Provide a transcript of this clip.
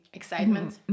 excitement